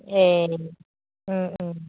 एह उम उम